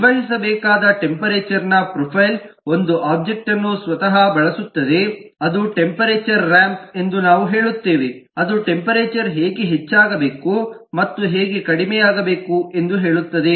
ನಿರ್ವಹಿಸಬೇಕಾದ ಟೆಂಪರೇಚರ್ನ ಪ್ರೊಫೈಲ್ ಒಂದು ಒಬ್ಜೆಕ್ಟ್ವನ್ನು ಸ್ವತಃ ಬಳಸುತ್ತದೆ ಅದು ಟೆಂಪರೇಚರ್ ರಾಂಪ್ ಎಂದು ನಾವು ಹೇಳುತ್ತೇವೆ ಅದು ಟೆಂಪರೇಚರ್ ಹೇಗೆ ಹೆಚ್ಚಾಗಬೇಕು ಮತ್ತು ಹೇಗೆ ಕಡಿಮೆಯಾಗಬೇಕು ಎಂದು ಹೇಳುತ್ತದೆ